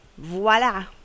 Voilà